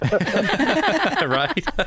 right